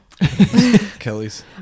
Kelly's